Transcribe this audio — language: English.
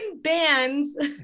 bands